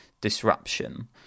disruption